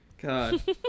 God